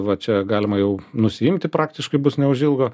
va čia galima jau nusiimti praktiškai bus neužilgo